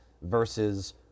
versus